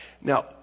Now